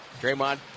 Draymond